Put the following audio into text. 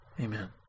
Amen